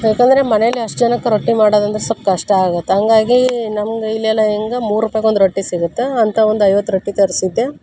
ಯಾಕಂದರೆ ಮನೆಯಲ್ಲೆ ಅಷ್ಟು ಜನಕ್ಕೆ ರೊಟ್ಟಿ ಮಾಡೋದಂದರೆ ಸ್ವಲ್ಪ್ ಕಷ್ಟ ಆಗುತ್ತೆ ಹಾಗಾಗಿ ನಮಗೆ ಇಲ್ಲೆಲ್ಲ ಹೆಂಗ ಮೂರು ರೂಪಾಯ್ಗೊಂದು ರೊಟ್ಟಿ ಸಿಗತ್ತೆ ಅಂತ ಒಂದು ಐವತ್ತು ರೊಟ್ಟಿ ತರಿಸಿದ್ದೆ